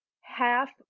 half